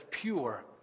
pure